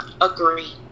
agree